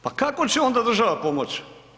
Pa kako će onda država pomoć?